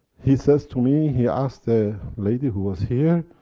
he says to me, he asked the lady who was here,